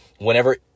Whenever